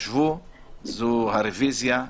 זאת הרוויזיה.